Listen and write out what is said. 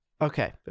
Okay